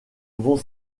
vont